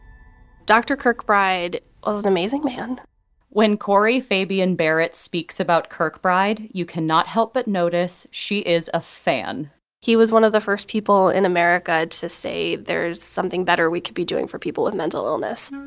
dr. kirkbride was an amazing man when corey fabian-barrett speaks about kirkbride, you cannot help but notice she is a fan he was one of the first people in america to say there's something better we could be doing for people with mental illness,